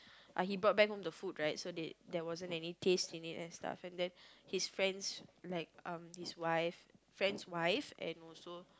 he brought back home the food right so they there wasn't any taste in it and stuff and then his friends like um his wife friend's wife and also